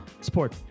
support